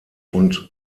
und